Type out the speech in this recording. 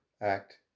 act